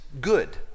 good